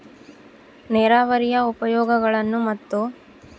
ನೇರಾವರಿಯ ಉಪಯೋಗಗಳನ್ನು ಮತ್ತು?